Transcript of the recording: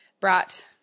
brought